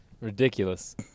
Ridiculous